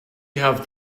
have